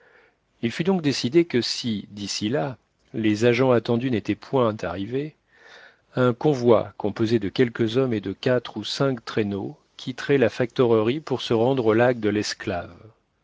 il fut donc décidé que si d'ici là les agents attendus n'étaient point arrivés un convoi composé de quelques hommes et de quatre ou cinq traîneaux quitterait la factorerie pour se rendre au lac de l'esclave